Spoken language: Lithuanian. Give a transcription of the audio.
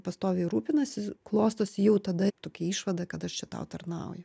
pastoviai rūpinasi klostosi jau tada tokia išvada kad aš čia tau tarnauju